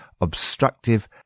obstructive